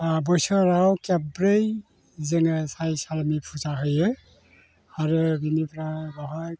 बोसोराव खेबब्रै जोङो साय सायनि फुजा होयो आरो बिनिफ्राय बावहाय